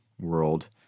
world